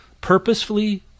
Purposefully